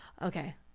Okay